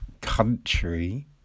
country